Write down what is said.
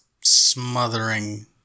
smothering